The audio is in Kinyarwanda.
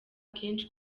kenshi